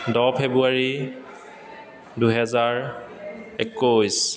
দহ ফেব্ৰুৱাৰী দুহেজাৰ একৈছ